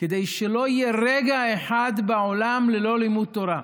כדי שלא יהיה רגע אחד בעולם ללא לימוד תורה.